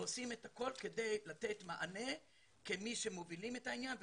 ועושים את הכול כדי לתת מענה כמי שמובילים את העניין,